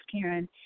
Karen